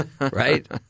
Right